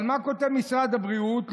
אבל מה כותב משרד הבריאות?